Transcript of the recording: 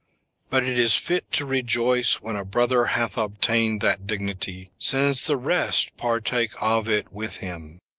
but it is fit to rejoice when a brother hath obtained that dignity, since the rest partake of it with him.